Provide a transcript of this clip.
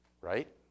Right